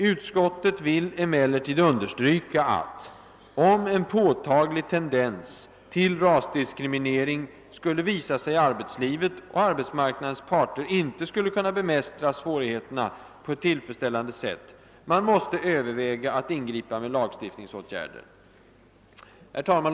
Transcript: ——— Utskottet vill emellertid understryka att, om en påtaglig tendens till rasdiskriminering skulle visa sig i arbetslivet och arbetsmarknadens parter inte skulle kunna bemästra svårigheterna på ett tillfredsställande sätt, man måste överväga att ingripa med lagstiftningsåtgärder.» Herr talman!